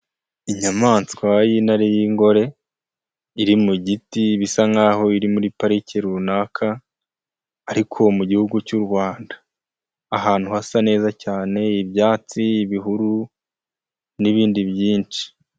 Inyamaswa y'intare y'ingore, iri mu giti bisa nk'aho iri muri Parike runaka ariko mu gihugu cy'u Rwanda. Ahantu hasa neza cyane, ibyatsi, ibihuru n'ibindi byinshi.